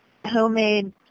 Homemade